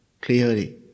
clearly